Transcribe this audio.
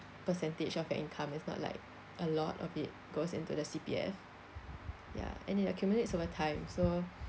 percentage of your income it's not like a lot of it goes into the C_P_F ya and it accumulates over time so